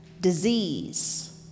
Disease